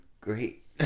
great